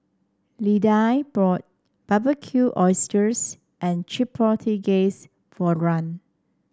Lidie bought Barbecue Oysters and Chipotle Glaze for Rand